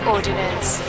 Ordinance